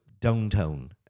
Downtown